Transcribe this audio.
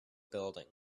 building